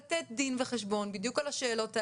לתת דין וחשבון בדיוק על השאלות האלה,